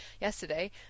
yesterday